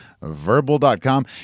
Verbal.com